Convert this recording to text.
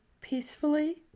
peacefully